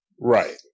Right